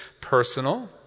personal